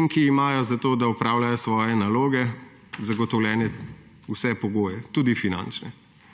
in imajo za to, da opravljajo svoje naloge, zagotovljene vse pogoje, tudi finančne.